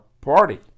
party